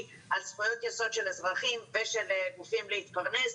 על זכויות יסוד של אזרחים ושל גופים להתפרנס,